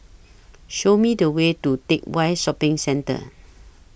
Show Me The Way to Teck Whye Shopping Centre